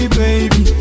baby